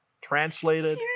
translated